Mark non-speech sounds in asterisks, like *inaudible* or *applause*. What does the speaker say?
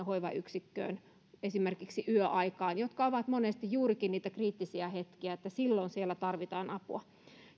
*unintelligible* hoivayksikköön esimerkiksi yöaikaan jotka ovat monesti juurikin niitä kriittisiä hetkiä jolloin siellä tarvitaan apua